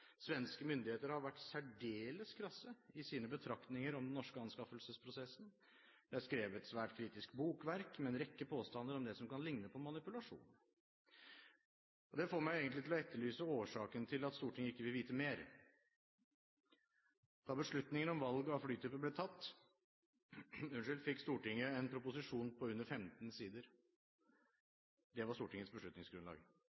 Svenske myndigheter har vært særdeles krasse i sine betraktninger av den norske anskaffelsesprosessen. Det er skrevet et svært kritisk bokverk med en rekke påstander om det som kan ligne på manipulasjon. Det får meg egentlig til å etterlyse årsaken til at Stortinget ikke vil vite mer. Da beslutningen om valget av flytype ble tatt, fikk Stortinget en proposisjon på under 15